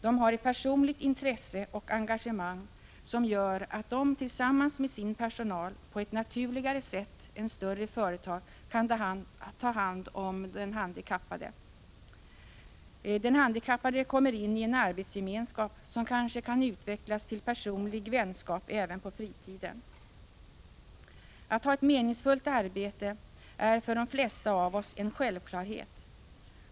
De har ett personligt intresse och engagemang som gör att de tillsammans med sin personal på ett naturligare sätt än större företag kan ta hand om den handikappade. Den handikappade kommer in i en arbetsgemenskap som kanske kan utvecklas till personlig vänskap även på fritiden. Att ha ett meningsfullt arbete är för de flesta av oss en självklarhet.